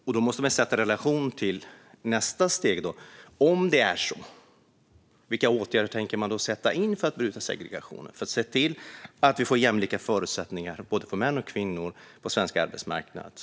Detta måste sättas i relation till nästa steg. Om det är så, vilka åtgärder tänker man sätta in för att bryta segregationen och för att se till att vi får jämlika förutsättningar för män och kvinnor på den svenska arbetsmarknaden?